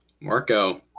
marco